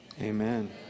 Amen